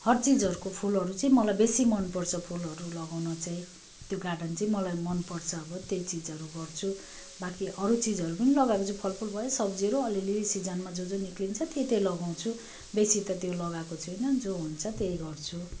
हर चिजहरूको फुलहरू चाहिँ मलाई बेसी मन पर्छ फुलहरू लगाउन चाहिँ त्यो गार्डन चाहिँ मलाई मन पर्छ अब त्यही चिजहरू गर्छु बाँकी अरू चिजहरू पनि लगाएको छु फलफुल भयो सब्जीहरू अलि अलि सिजनमा जो जो निस्किन्छ त्यही त्यही लगाउँछु बेसी त त्यो लगाएको छुइनँ जो हुन्छ त्यही गर्छु